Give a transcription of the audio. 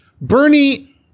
Bernie